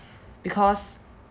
because